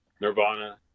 Nirvana